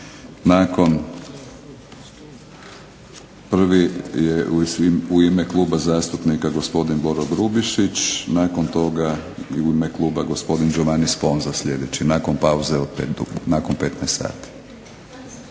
sati. Prvi je u ime Kluba zastupnika gospodin Boro Grubišić, nakon toga u ime kluba gospodin Giovanni Sponza sljedeći, nakon pauze, nakon 15 sati.